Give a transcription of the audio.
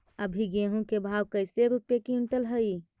अभी गेहूं के भाव कैसे रूपये क्विंटल हई?